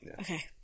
okay